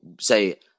say